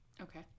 Okay